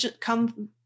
come